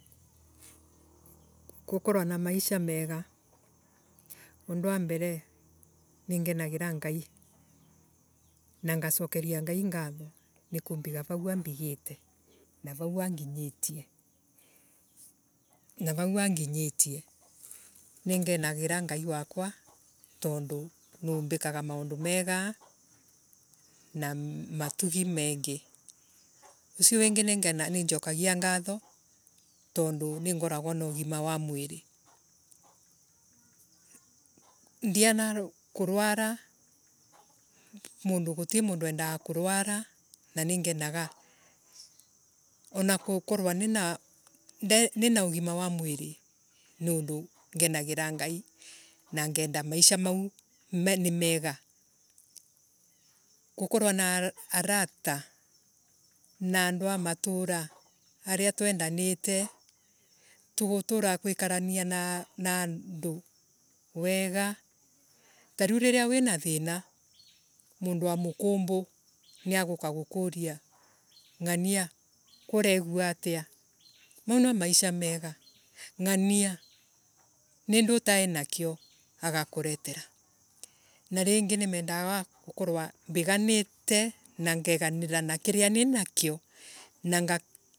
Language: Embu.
Gukorwa na maisha mega. undu wa mbere. ningenagira ngai na ngacokeria ngai. Ngatho ni kumbiga vauambigi te na vau anginyitie na vau anginyitie. Nii ngenagira ngai wakwa tondu niumbikaga maundu mega na matugi mengii. Ucio wingi ni ngena Ni njokagia ngatho tondu ningoragua na ugima wa mwiiri. Ndiana kuniara Mundu gutiemundu wendaga kuniara na ningenaga ana gukorwo nina ndai Nina ugima wa mwirii ni undu ngenagira ngai na ngenda maisha mau ni mega. Gukorwo na arata na andu a matura aria twendanite tugutara guikarania na Na andu wega. Tariu riria wina thina mundu wa mukumbu niaguka gukuria. ngania nindwii utainakio Agakuretera. Na ringi nimendaga gukorwa mbiganirite na ngeganira na kiria ni nakio. Na nga